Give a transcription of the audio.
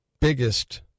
biggest